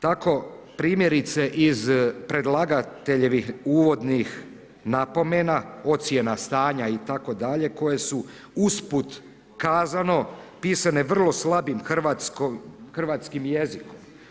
Tako primjerice iz predlagateljevih uvodnih napomena ocjena stanja itd. koje su usput kazano, pisane vrlo slabih Hrvatskim jezikom.